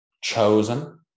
chosen